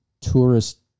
tourist